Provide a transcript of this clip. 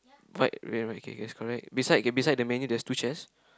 right right right okay okay is correct beside okay beside the menu there's two chairs